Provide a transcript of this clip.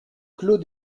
clos